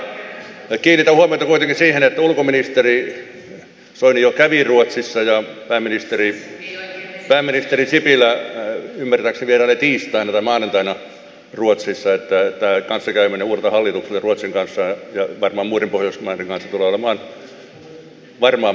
kiinnitän huomiota kuitenkin siihen että ulkoministeri soini jo kävi ruotsissa ja pääministeri sipilä ymmärtääkseni vierailee tiistaina tai maanantaina ruotsissa niin että kanssakäyminen uudella hallituksella ruotsin kanssa ja varmaan muiden pohjoismaiden kanssa tulee olemaan varmaan vilkasta